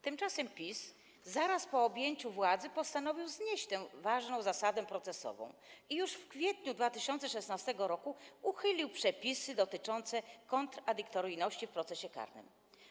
Tymczasem PiS zaraz po objęciu władzy postanowił znieść tę ważną zasadę procesową i już w kwietniu 2016 r. uchylił przepisy dotyczące kontradyktoryjności w procesie karnym.